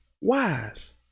wise